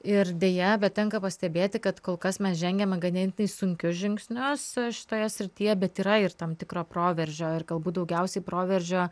ir deja bet tenka pastebėti kad kol kas mes žengiame ganėtinai sunkius žingsnius šitoje srityje bet yra ir tam tikro proveržio ir galbūt daugiausiai proveržio